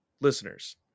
listeners